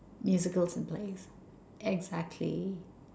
musicals and plays exactly